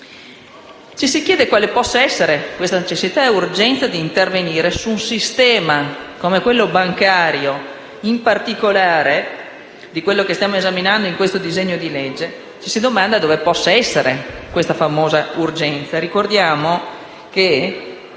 ci si chiede quale possa essere la necessità e l'urgenza di intervenire su un sistema come quello bancario, con particolare riferimento a ciò che stiamo esaminando in questo decreto-legge. Ci si domanda il perché di questa famosa urgenza. Ricordiamo che